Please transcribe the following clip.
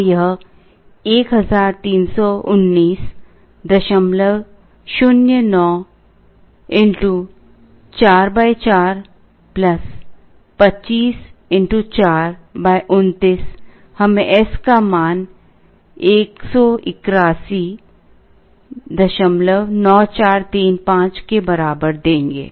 तो यह 131909 4 4 25 X 4 29 हमें s का मान 1819435 के बराबर देंगे